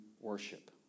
worship